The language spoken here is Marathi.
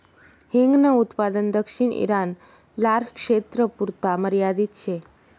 हिंगन उत्पादन दक्षिण ईरान, लारक्षेत्रपुरता मर्यादित शे